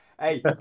Hey